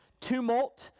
tumult